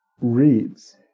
reads